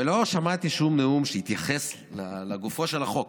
ולא שמעתי שום נאום שהתייחס לגופו של החוק.